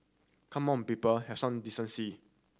come on people have some decency